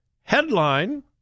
Headline